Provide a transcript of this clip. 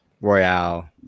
Royale